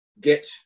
get